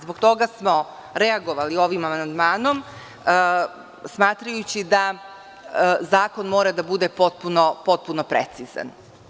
Zbog toga smo reagovali ovim amandmanom, smatrajući da zakon mora da bude potpuno precizan.